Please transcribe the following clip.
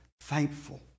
thankful